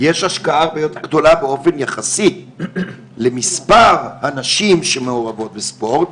יש השקעה גדולה באופן יחסי למספר הנשים שמעורבות בספורט,